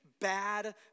bad